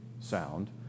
sound